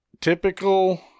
typical